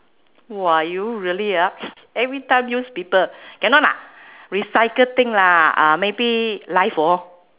!wah! you really ah every time use people cannot lah recycle thing lah uh maybe life lor